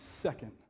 second